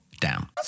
Down